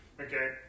Okay